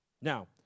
Now